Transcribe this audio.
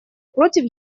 против